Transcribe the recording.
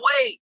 wait